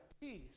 peace